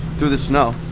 through the snow.